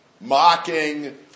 Mocking